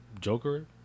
Joker